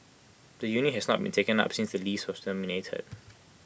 the unit has not been taken up since the lease was terminated